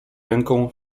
ręką